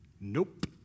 Nope